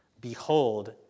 Behold